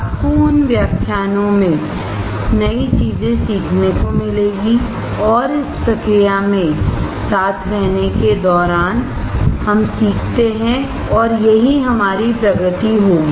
आपको उन व्याख्यानों में नई चीजें सीखने को मिलेंगी और इस प्रक्रिया में साथ रहने के दौरान हम सीखते हैं और यही हमारी प्रगति होगी